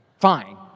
Fine